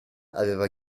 aveva